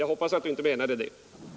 Jag hoppas att herr Andersson inte menade det.